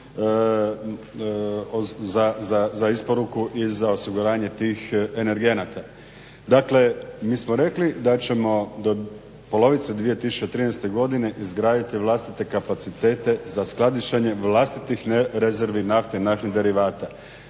za isporuku i za osiguranje tih energenata. Dakle, mi smo rekli da ćemo do polovice 2013.godine izgraditi vlastite kapacitete za skladištenje vlastitih rezervi nafte i naftnih derivata.